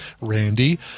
Randy